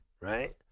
right